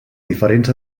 diferents